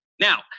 Now